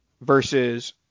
versus